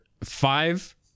five